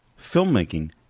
Filmmaking